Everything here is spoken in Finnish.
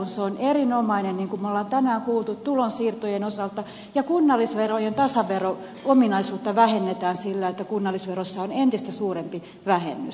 se on erinomainen niin kuin me olemme tänään kuulleet tulonsiirtojen osalta ja kunnallisverojen tasavero ominaisuutta vähennetään sillä että kunnallisverossa on entistä suurempi vähennys